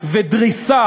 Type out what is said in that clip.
ודריסה